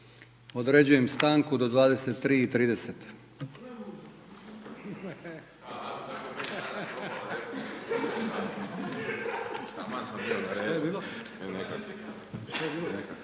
Određujem stanku do 1